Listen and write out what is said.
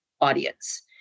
audience